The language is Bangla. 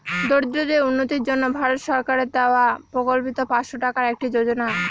দরিদ্রদের উন্নতির জন্য ভারত সরকারের দেওয়া প্রকল্পিত পাঁচশো টাকার একটি যোজনা